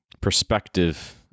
perspective